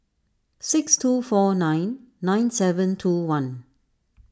six two four nine nine seven two one